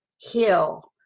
hill